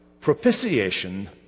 propitiation